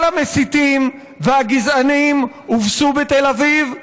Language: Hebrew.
כל המסיתים והגזענים הובסו בתל אביב,